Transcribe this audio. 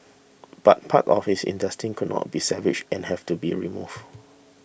but parts of his intestines could not be salvaged and have to be removed